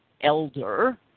elder